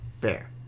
Fair